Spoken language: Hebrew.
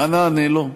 מה נענה לו?